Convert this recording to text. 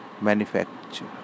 manufacture